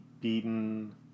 beaten